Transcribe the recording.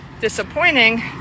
disappointing